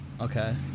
Okay